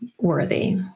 worthy